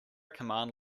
command